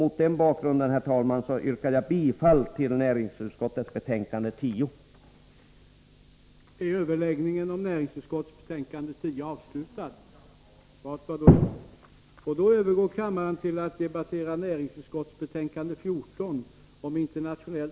Mot den bakgrunden, herr talman, yrkar jag bifall till näringsutskottets hemställan i betänkande 10.